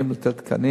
וההורים בכוח,